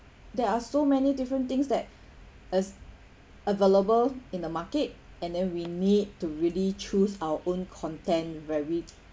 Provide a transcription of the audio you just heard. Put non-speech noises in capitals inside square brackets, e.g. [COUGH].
there are so many different things that [BREATH] is available in the market and then we need to really choose our own content where we